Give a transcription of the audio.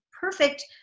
perfect